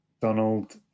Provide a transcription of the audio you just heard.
Donald